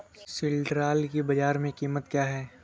सिल्ड्राल की बाजार में कीमत क्या है?